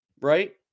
right